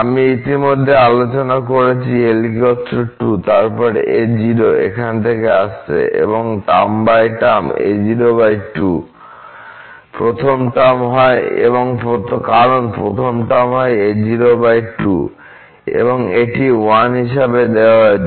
আমি ইতিমধ্যে আলোচনা করেছি L 2 তারপর a0 এখান থেকে আসছে কারণ প্রথম টার্ম হয় a0 2 এবং এটি 1 হিসাবে দেওয়া হয়েছে